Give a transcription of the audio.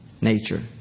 nature